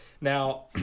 Now